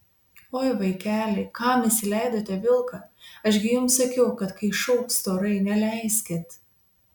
oi vaikeliai kam įsileidote vilką aš gi jums sakiau kad kai šauks storai neleiskit